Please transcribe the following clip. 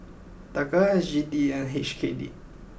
Taka S G D and H K D